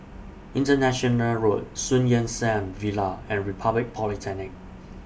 International Road Sun Yat Sen Villa and Republic Polytechnic